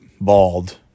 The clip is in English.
bald